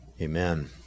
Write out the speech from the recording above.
Amen